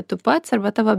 tu pats arba tavo